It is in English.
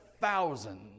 thousands